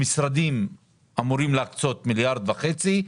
המשרדים אמורים להקצות 1.5 מיליארד שקלים.